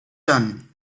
done